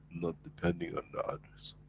not depending on the others.